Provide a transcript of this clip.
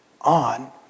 on